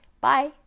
bye